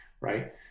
Right